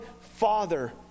father